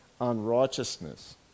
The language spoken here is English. unrighteousness